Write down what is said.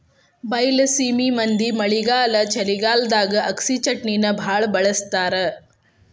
ಬೈಲಸೇಮಿ ಮಂದಿ ಮಳೆಗಾಲ ಚಳಿಗಾಲದಾಗ ಅಗಸಿಚಟ್ನಿನಾ ಬಾಳ ಬಳ್ಸತಾರ